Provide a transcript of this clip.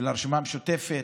של הרשימה המשותפת.